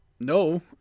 no